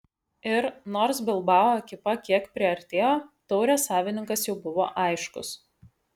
ir nors bilbao ekipa kiek priartėjo taurės savininkas jau buvo aiškus